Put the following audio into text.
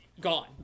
Gone